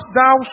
thou